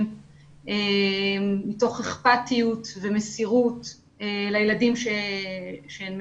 מתוך אכפתיות ומסירות לילדים שהן מייצגות.